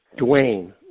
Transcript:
Dwayne